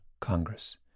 Congress